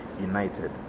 united